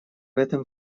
этом